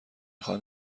خواهم